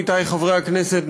עמיתי חברי הכנסת,